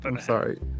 Sorry